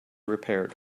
repaired